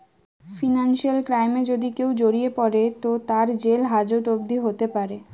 financial ক্রাইমে যদি কেও জড়িয়ে পড়ে তো তার জেল হাজত অবদি হোতে পারে